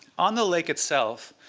on the lake itself,